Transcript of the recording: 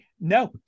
no